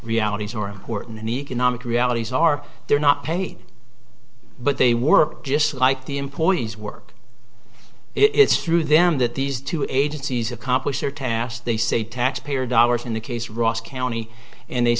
realities are important and economic realities are they're not paid but they work just like the employees work it's through them that these two agencies accomplish their task they say taxpayer dollars in the case ross county and they